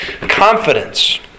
confidence